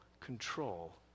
control